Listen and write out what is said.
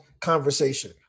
conversation